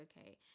okay